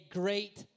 great